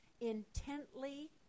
intently